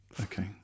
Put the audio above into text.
Okay